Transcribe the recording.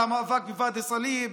על המאבק בוואדי סאליב,